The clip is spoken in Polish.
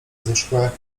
zeszłe